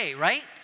right